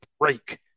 break